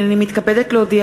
הנני מתכבדת להודיעכם,